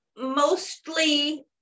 Mostly